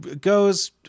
goes